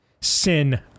Sin